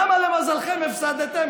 למה למזלכם הפסדתם?